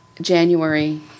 January